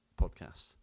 podcast